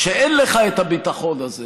כשאין לך הביטחון הזה,